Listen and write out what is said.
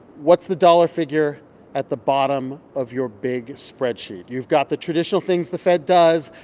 what's the dollar figure at the bottom of your big spreadsheet? you've got the traditional things the fed does.